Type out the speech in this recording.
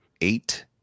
eight